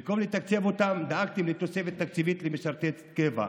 במקום לתקצב אותם דאגתם לתוספת תקציבית למשרתי קבע.